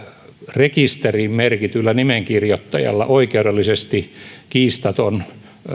rekisteriin merkityllä nimenkirjoittajalla oikeudellisesti kiistaton